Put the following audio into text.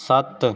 सत्त